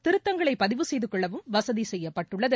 திருத்தங்களை பதிவு செய்து கொள்ளவும் வசதி செய்யப்பட்டுள்ளது